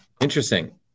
Interesting